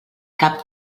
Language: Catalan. cap